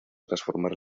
transformar